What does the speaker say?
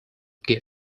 gift